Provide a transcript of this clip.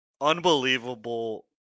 unbelievable